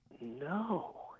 no